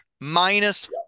Minus